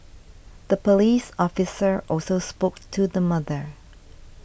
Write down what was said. the police officer also spoke to the mother